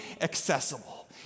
accessible